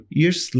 years